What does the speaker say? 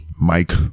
Mike